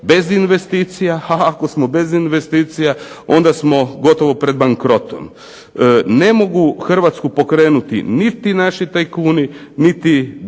bez investicija, a ako smo bez investicija onda smo gotovo pred bankrotom. Ne mogu Hrvatsku pokrenuti niti naši tajkuni, niti država,